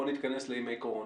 בואו נתכנס לימי קורונה.